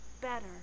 better